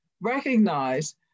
recognize